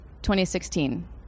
2016